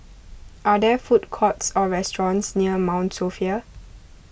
are there food courts or restaurants near Mount Sophia